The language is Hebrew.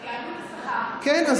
כן,